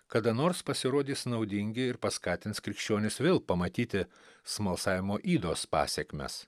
kada nors pasirodys naudingi ir paskatins krikščionis vėl pamatyti smalsavimo ydos pasekmes